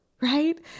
right